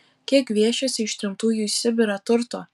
kiek gviešėsi ištremtųjų į sibirą turto